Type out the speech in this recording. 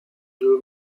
deux